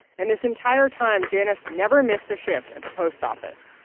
and this entire time, janice never missed a shift at the post office.